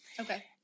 Okay